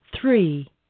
three